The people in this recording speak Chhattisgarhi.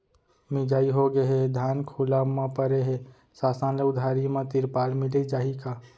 मिंजाई होगे हे, धान खुला म परे हे, शासन ले उधारी म तिरपाल मिलिस जाही का?